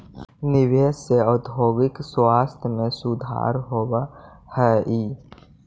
निवेश से औद्योगिक स्थिति में सुधार होवऽ हई